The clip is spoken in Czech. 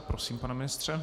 Prosím, pane ministře.